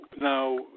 now